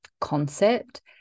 concept